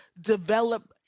develop